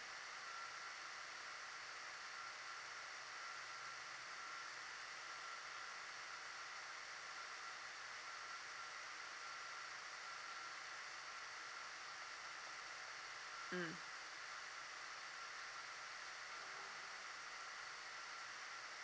mm